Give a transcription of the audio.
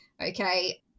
okay